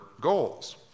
goals